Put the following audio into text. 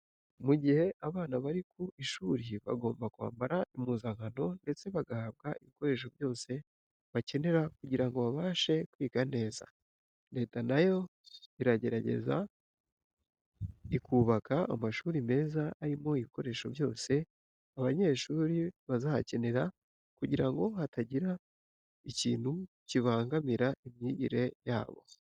Mu gihe abana bari ku ishuri bagomba kwambara impuzankano ndetse bagahabwa ibikoresho byose bakenera kugira ngo babashe kwiga neza. Leta na yo iragerageza ikubaka amashuri meza arimo ibikoresho byose abanyeshuri bazakenera kugira ngo hatagira ikintu kibangamira imyigire yabo.